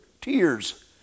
tears